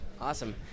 Awesome